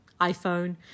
iPhone